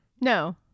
No